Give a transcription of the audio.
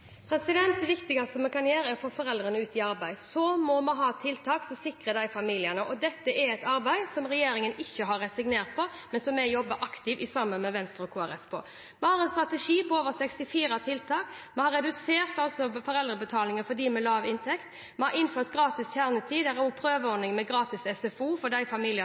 Det viktigste vi kan gjøre, er å få foreldrene ut i arbeid. Så må vi ha tiltak som sikrer disse familiene. Dette er et arbeid der regjeringen ikke har resignert, men vi jobber aktivt sammen med Venstre og Kristelig Folkeparti om det. Vi har en strategi med over 64 tiltak. Vi har redusert foreldrebetalingen for dem med lav inntekt. Vi har innført gratis kjernetid, og det er en prøveordning med gratis SFO for de familiene